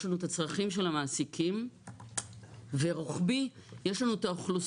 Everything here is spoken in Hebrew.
יש לנו את הצרכים של המעסיקים ורוחבי יש לנו את האוכלוסיות.